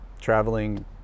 traveling